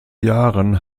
jahren